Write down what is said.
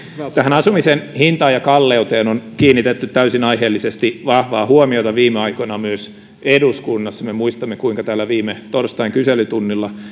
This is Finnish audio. asumisen hintaan ja kalleuteen on kiinnitetty täysin aiheellisesti vahvaa huomiota viime aikoina myös eduskunnassa me muistamme kuinka täällä viime torstain kyselytunnilla